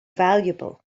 valuable